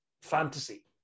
fantasy